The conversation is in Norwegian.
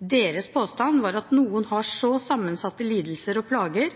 Deres påstand var at noen har så sammensatte lidelser og plager